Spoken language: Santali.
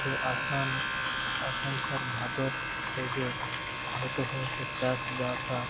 ᱫᱚ ᱟᱥᱟᱲ ᱟᱥᱟᱲ ᱥᱟᱱ ᱵᱷᱟᱫᱚᱨ ᱨᱮᱜᱮ ᱡᱚᱛᱚ ᱦᱚᱲ ᱠᱚ ᱪᱟᱥᱵᱟᱥᱟ